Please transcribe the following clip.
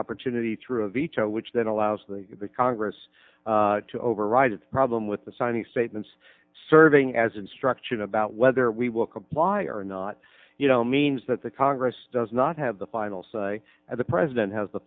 opportunity through a veto which that allows the congress to override a problem with the signing statements serving as instruction about whether we will comply or not you know means that the congress does not have the final say as the president has the